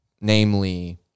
namely